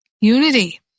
unity